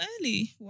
early